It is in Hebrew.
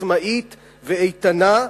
עצמאית ואיתנה,